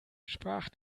sprach